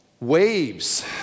Waves